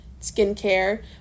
skincare